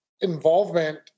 involvement